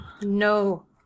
No